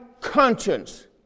conscience